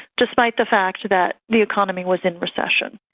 despite the fact that the economy was in recession.